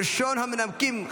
ראשון המנמקים,